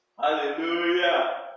hallelujah